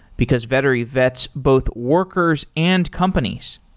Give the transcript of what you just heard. because vettery vets both workers and companies.